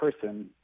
person